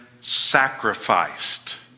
sacrificed